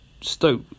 Stoke